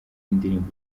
w’indirimbo